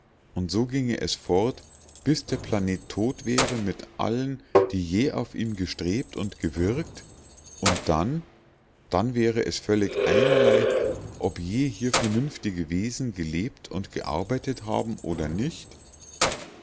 und so ginge es fort bis der planet tot wäre mit allen die je auf ihm gestrebt und gewirkt und dann dann wäre es völlig einerlei ob je hier vernünftige wesen gelebt und gearbeitet haben oder nicht